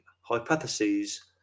hypotheses